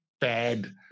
bad